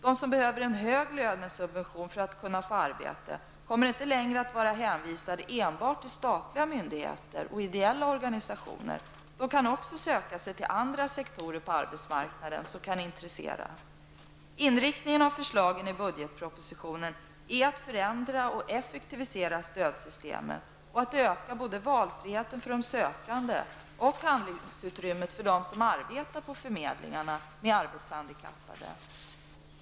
De som behöver en hög lönesubvention för att kunna få arbete kommer inte längre att vara hänvisade enbart till statliga myndigheter och ideella organisationer. De kan också söka sig till andra sektorer på arbetsmarknaden som kan intressera dem. Inriktningen av förslagen i budgetpropositionen är att förändra och effektivisera stödsystemen och att öka både valfriheten för de sökande och handlingsutrymmet för dem som arbetar på förmedlingarna med arbetshandikappade sökande.